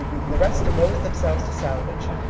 and the rest devoted themselves to salvage.